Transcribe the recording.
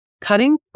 Cutting